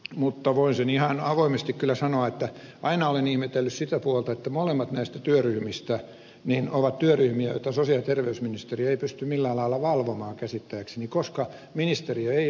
mutta voin sen ihan avoimesti kyllä sanoa että aina olen ihmetellyt sitä puolta että molemmat näistä työryhmistä ovat työryhmiä joita sosiaali ja terveysministeriö ei käsittääkseni pysty millään lailla valvomaan koska ministeriö ei ole niitä ikinä nimennyt